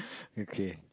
okay